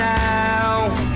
now